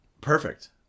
Perfect